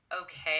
okay